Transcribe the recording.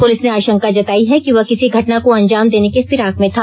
police ने आशंका जताई है कि वह किसी घटना को अंजाम देने के फिराक में था